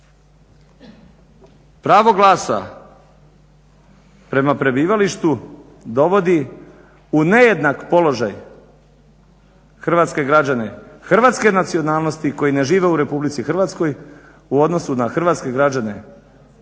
Pravo glasa prema prebivalištu dovodi u nejednak položaj hrvatske građane hrvatske nacionalnosti koji ne žive u Republici Hrvatskoj u odnosu na hrvatske građane srpske